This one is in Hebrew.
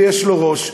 ויש לו ראש,